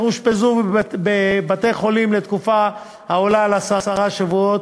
אושפזו בבתי-חולים לתקופה העולה על עשרה שבועות,